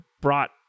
brought